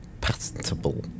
patentable